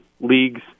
leagues